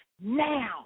now